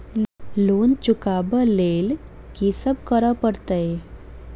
Loan चुका ब लैल की सब करऽ पड़तै?